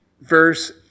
verse